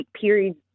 periods